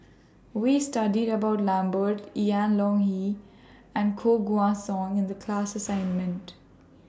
We studied about Lambert Ian Ong Li and Koh Guan Song in The class assignment